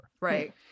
Right